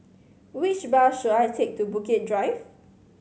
which bus should I take to Bukit Drive